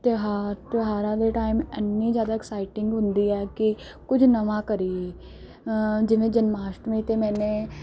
ਤਿਉਹਾਰ ਤਿਉਹਾਰਾਂ ਦੇ ਟਾਈਮ ਇੰਨੀ ਜ਼ਿਆਦਾ ਐਕਸਾਈਟਿੰਗ ਹੁੰਦੀ ਹੈ ਕਿ ਕੁਝ ਨਵਾਂ ਕਰੀਏ ਜਿਵੇਂ ਜਨਮ ਅਸ਼ਟਮੀ 'ਤੇ ਮੈਂ